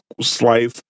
slice